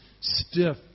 stiff